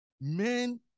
Men